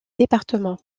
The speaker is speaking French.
département